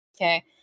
Okay